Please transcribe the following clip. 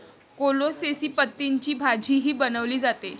कोलोसेसी पतींची भाजीही बनवली जाते